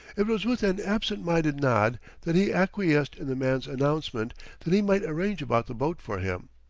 it was with an absentminded nod that he acquiesced in the man's announcement that he might arrange about the boat for him.